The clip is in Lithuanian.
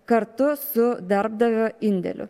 kartu su darbdavio indėliu